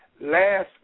last